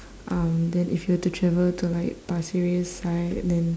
um then if you were to travel to like pasir ris side then